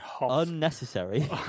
unnecessary